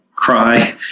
cry